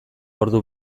ordu